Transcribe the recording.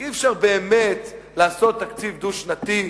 כי אי-אפשר לעשות תקציב דו-שנתי,